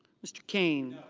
mr. kane.